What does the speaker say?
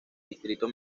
distrito